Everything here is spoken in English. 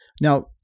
Now